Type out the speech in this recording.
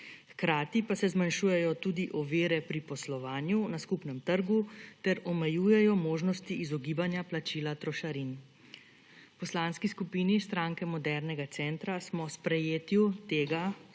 hkrati pa se zmanjšujejo tudi ovire pri poslovanju na skupnem trgu, ter omejujejo možnosti izogibanja plačila trošarin. V Poslanski skupini Stranke modernega centra smo sprejetju tega